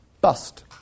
bust